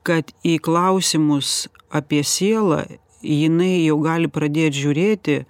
kad į klausimus apie sielą jinai jau gali pradėt žiūrėti